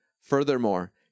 Furthermore